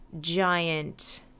giant